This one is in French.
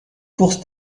course